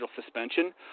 suspension